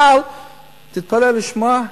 אבל תתפלא לשמוע,